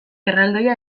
erraldoia